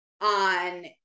on